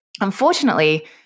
Unfortunately